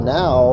now